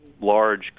large